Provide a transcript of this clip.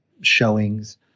showings